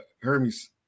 Hermes